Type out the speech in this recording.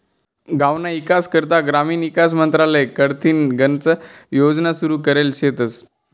गावना ईकास करता ग्रामीण ईकास मंत्रालय कडथीन गनच योजना सुरू करेल शेतस